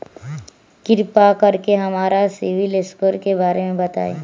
कृपा कर के हमरा सिबिल स्कोर के बारे में बताई?